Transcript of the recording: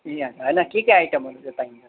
ए अच्छा होइन के के आइटमहरू चाहिँ पाइन्छ